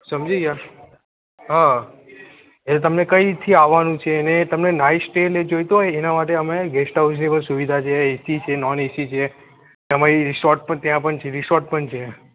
સમજી ગયા હં એ તમે કઈ થી આવવાનું છે એને તમને નાઇટ સ્ટે જોઈતો હોય એના માટે અમે ગેસ્ટ હાઉસની પણ સુવિધા છે એસી છે નોનએસી છે એમા ઈ રિસોર્ટ પણ ત્યાં પણ છે રિસોર્ટ પણ છે